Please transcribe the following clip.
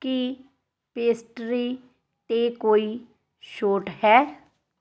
ਕੀ pastry 'ਤੇ ਕੋਈ ਛੋਟ ਹੈ